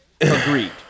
agreed